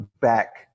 back